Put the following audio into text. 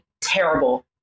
terrible